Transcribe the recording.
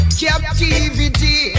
captivity